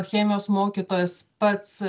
chemijos mokytojas pats